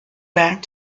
back